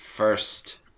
First